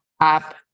app